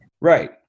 Right